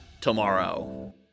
tomorrow